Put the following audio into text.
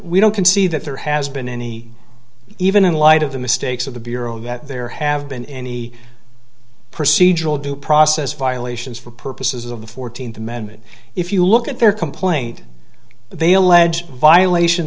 we don't concede that there has been any even in light of the mistakes of the bureau that there have been any procedural due process violations for purposes of the fourteenth amendment if you look at their complaint they allege violations